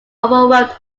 overwhelmed